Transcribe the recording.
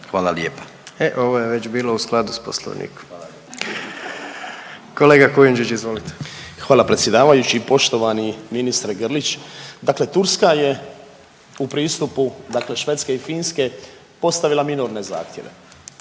Gordan (HDZ)** E ovo je već bilo u skladu s Poslovnikom. Kolega Kujundžić, izvolite. **Kujundžić, Ante (MOST)** Hvala predsjedavajući. Poštovani ministre Grlić, dakle Turska je u pristupu dakle Švedske i Finske postavila minorne zahtjeve,